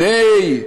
הנה,